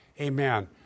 Amen